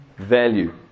value